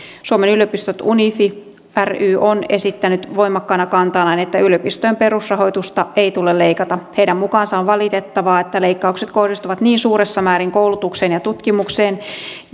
suomen yliopistot unifi ry on esittänyt voimakkaana kantanaan että yliopistojen perusrahoitusta ei tule leikata heidän mukaansa on valitettavaa että leikkaukset kohdistuvat niin suuressa määrin koulutukseen ja tutkimukseen